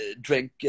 drink